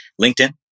LinkedIn